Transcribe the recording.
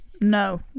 no